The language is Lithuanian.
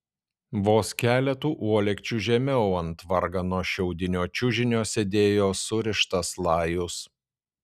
vos keletu uolekčių žemiau ant vargano šiaudinio čiužinio sėdėjo surištas lajus